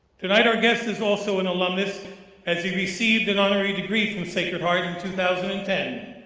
tonight, our guest is also an alumnus as he received an honorary degree from sacred heart in two thousand and ten.